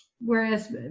whereas